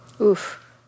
Oof